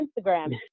Instagram